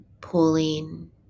pulling